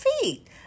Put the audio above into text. feet